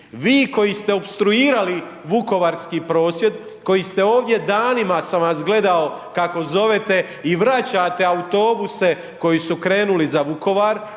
vi koji ste opstruirali vukovarski prosvjed, koji ste ovdje danima sam vas gledao kako zovete i vraćate autobuse koji su krenuli za Vukovar,